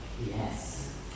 Yes